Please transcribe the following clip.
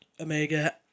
Omega